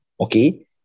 okay